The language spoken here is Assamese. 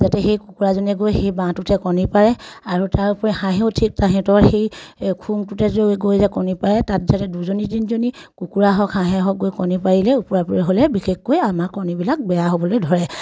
যাতে সেই কুকুৰাজনীয়ে গৈ সেই বাঁহটোতহে কণী পাৰে আৰু তাৰ উপৰি হাঁহেও ঠিক তাহাঁতৰ সেই খুৰুংটোতে যে গৈ যে কণী পাৰে তাত যাতে দুজনী তিনিজনী কুকুৰা হওক হাঁহে হওক গৈ কণী পাৰিলে ওপৰা ওপৰি হ'লে বিশেষকৈ আমাৰ কণীবিলাক বেয়া হ'বলৈ ধৰে